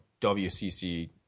WCC